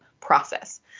process